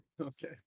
okay